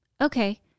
Okay